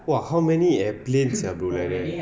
!wah! how many airplanes sia bro like that